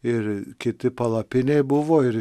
ir kiti palapinėj buvo ir